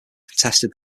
contested